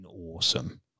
awesome